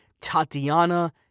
Tatiana